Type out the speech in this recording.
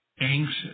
anxious